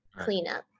cleanup